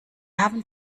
haben